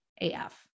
AF